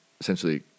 essentially